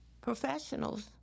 professionals